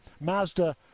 Mazda